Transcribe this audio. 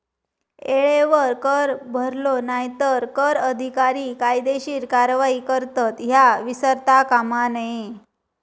येळेवर कर भरलो नाय तर कर अधिकारी कायदेशीर कारवाई करतत, ह्या विसरता कामा नये